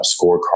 scorecard